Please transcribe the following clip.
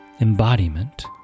embodiment